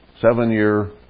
seven-year